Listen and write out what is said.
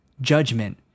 judgment